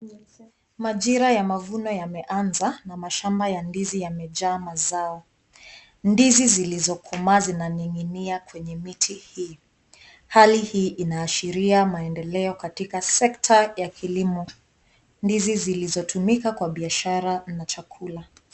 Majira ya mavuno yameanza na mashamba ya ndizi yamejaa mazao. Ndizi zilizokomaa zinaning'inia kwenye miti hii. Hali hii inaashiria maendeleo katika sekta ya kilimo. Ndizi zilizotumika kwa biashara na chakula.